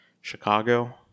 Chicago